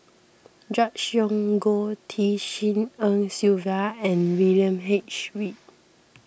Gregory Yong Goh Tshin En Sylvia and William H Read